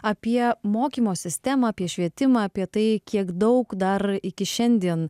apie mokymo sistemą apie švietimą apie tai kiek daug dar iki šiandien